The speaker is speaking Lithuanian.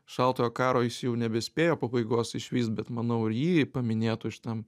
šaltojo karo jis jau nebespėjo pabaigos išvyst bet manau ir jį paminėtų šitam